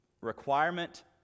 Requirement